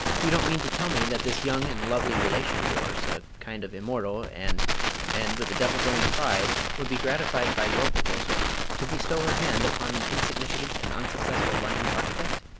you don't mean to tell me that this young and lovely relation of yours, a kind of immortal, and and with the devil's own pride, would be gratified by your proposal to bestow her hand upon an insignificant and unsuccessful london architect?